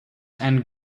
and